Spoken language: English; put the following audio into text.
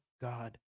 God